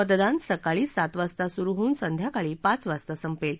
मतदान सकाळी सात वाजता सुरु होऊन संध्याकाळी पाच वाजता संपेल